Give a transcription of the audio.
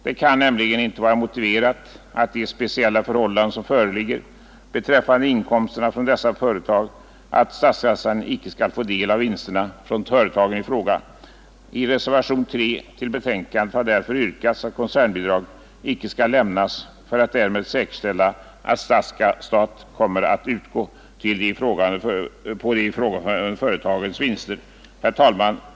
Det kan nämligen icke vara motiverat, med de speciella förhållanden som föreligger beträffande inkomsterna från dessa företag, att statskassan icke skall få del av vinsterna från företagen i fråga. I reservationen 3 till betänkandet har därför yrkats att koncernbidrag icke skall lämnas, för att därmed säkerställa att statsskatt kommer att utgå på de ifrågavarande företagens vinster. Herr talman!